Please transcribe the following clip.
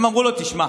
הם אמרו לו, תשמע,